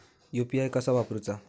UPI कसा वापरूचा?